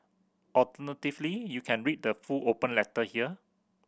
alternatively you can read the full open letter here